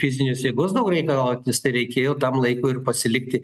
fizinės jėgos daug reikalaujantys tai reikėjo tam laikui ir pasilikti